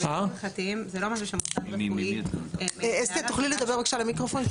אסתי, תוכלי לדבר בבקשה למיקרופון?